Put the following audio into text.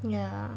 ya